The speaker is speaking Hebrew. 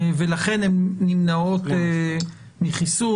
ולכן הן נמנעות מחיסון.